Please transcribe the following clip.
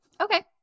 Okay